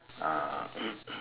ah